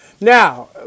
now